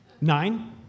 Nine